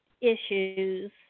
issues